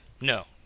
No